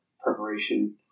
Preparation